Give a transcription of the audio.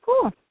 cool